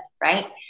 right